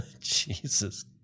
Jesus